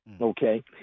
Okay